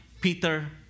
Peter